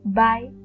bye